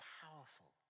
powerful